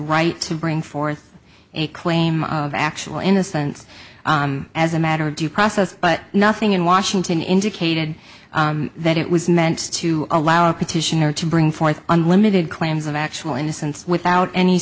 right to bring forth a claim of actual innocence as a matter of due process but nothing in washington indicated that it was meant to allow a petitioner to bring forth unlimited claims of actual innocence without any